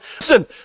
Listen